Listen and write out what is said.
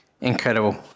Incredible